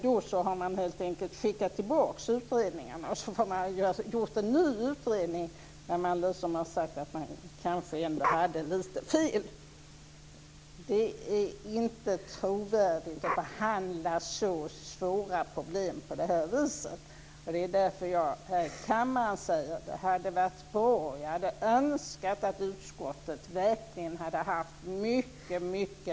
Då har regeringen helt enkelt skickat tillbaka utredningarna, och man har gjort en ny utredning som säger att man kanske ändå hade lite fel. Det är inte trovärdigt att behandla så svåra problem på det viset, och det är därför jag här i kammaren säger att det hade varit bra och att jag hade önskat att utskottet verkligen hade haft mycket mer mod.